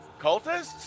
Cultists